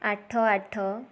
ଆଠ ଆଠ